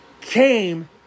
came